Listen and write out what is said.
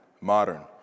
modern